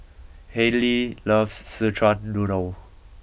Hallie loves Szechuan noodle